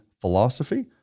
philosophy